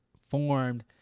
formed